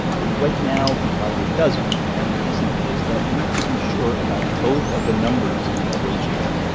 but right now, it probably doesn't. and the reason is that you need to be sure about both of the numbers in that ratio.